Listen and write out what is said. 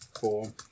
four